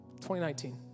2019